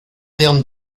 termes